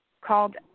called